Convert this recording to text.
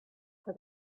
for